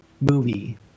movie